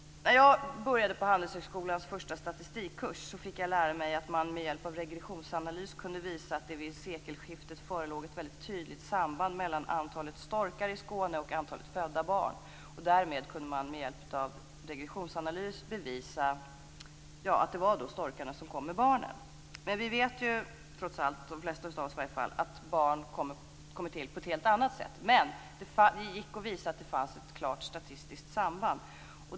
När jag började på Handelshögskolans första statistikkurs fick jag lära mig att man med hjälp av regressionsanalys kunde visa att det vid sekelskiftet förelåg ett väldigt tydligt samband mellan antalet storkar i Skåne och antalet födda barn. Därmed kunde man med hjälp av regressionsanalys bevisa att det var storkarna som kom med barnen. Nu vet vi trots allt, i alla fall de flesta av oss, att barn kommer till på ett helt annat sätt, men det gick att visa att det fanns ett klart statistiskt samband.